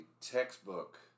textbook